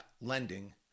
Lending